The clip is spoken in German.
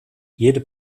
jede